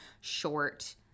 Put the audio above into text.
short